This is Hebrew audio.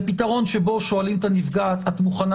זה פתרון שבו שואלים את הנפגעת: את מוכנה